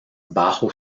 bajo